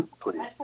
please